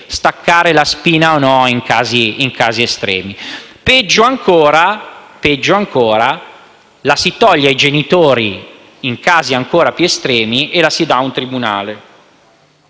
staccare la spina o no, in casi estremi. Peggio ancora, la si toglie ai genitori, in casi ancora più estremi, e la si dà a un tribunale.